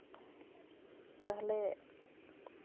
ᱛᱟᱦᱚᱞᱮ